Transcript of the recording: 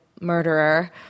murderer